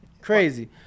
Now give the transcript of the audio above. Crazy